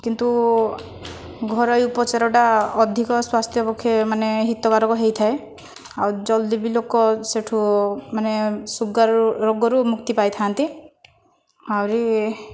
କିନ୍ତୁ ଘରୋଇ ଉପଚାରଟା ଅଧିକ ସ୍ୱାସ୍ଥ୍ୟ ପକ୍ଷେ ମାନେ ହିତକାରକ ହୋଇଥାଏ ଆଉ ଜଲ୍ଦି ବି ଲୋକ ସେଠୁ ମାନେ ସୁଗାର ରୋଗରୁ ମୁକ୍ତି ପାଇଥାନ୍ତି ଆହୁରି